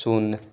शून्य